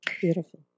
Beautiful